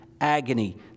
agony